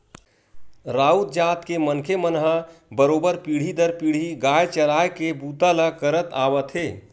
राउत जात के मनखे मन ह बरोबर पीढ़ी दर पीढ़ी गाय चराए के बूता ल करत आवत हे